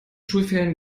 schulferien